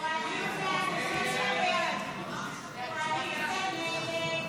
הסתייגות 21 לא נתקבלה.